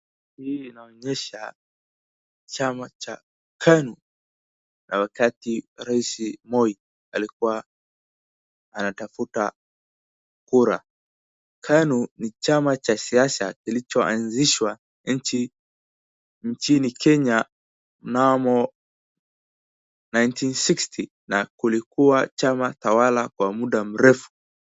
Hili linaonyesha chama cha KANU wakati Rais Moi alikuwa anatafuta kura .KANU ni chama cha siasa kilichoanzishwa nchi nchini Kenya inamo ni nineteen sixty na kulikuwa chama tawala kwa muhuda mrefu.